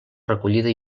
recollida